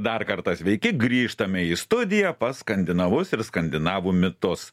dar kartą sveiki grįžtame į studiją pas skandinavus ir skandinavų mitus